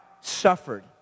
Suffered